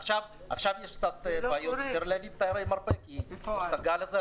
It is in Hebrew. עכשיו יש קצת בעיות, כי יש הגל הזה.